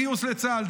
גיוס לצה"ל,